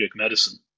medicine